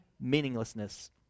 meaninglessness